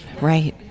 right